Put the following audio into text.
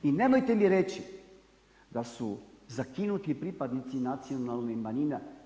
I nemojte mi reći da su zakinuti pripadnici nacionalnih manjina.